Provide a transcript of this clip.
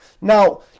Now